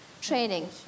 training